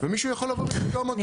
ומישהו יכול לבוא ולדגום אותו.